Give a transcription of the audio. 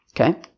Okay